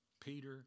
Peter